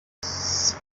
some